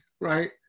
right